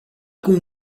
cum